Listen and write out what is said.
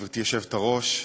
גברתי היושבת-ראש,